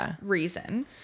reason